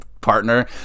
partner